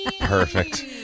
perfect